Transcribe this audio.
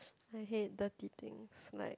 I hate dirty things like